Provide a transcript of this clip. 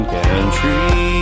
country